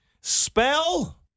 Spell